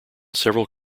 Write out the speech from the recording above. several